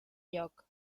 lloc